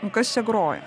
o kas čia groja